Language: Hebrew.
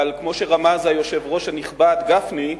אבל כמו שרמז היושב-ראש הנכבד גפני,